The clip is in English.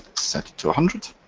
set it to a hundred,